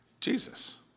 Jesus